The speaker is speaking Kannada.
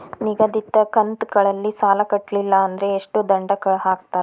ನಿಗದಿತ ಕಂತ್ ಗಳಲ್ಲಿ ಸಾಲ ಕಟ್ಲಿಲ್ಲ ಅಂದ್ರ ಎಷ್ಟ ದಂಡ ಹಾಕ್ತೇರಿ?